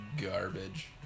garbage